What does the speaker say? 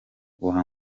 uwa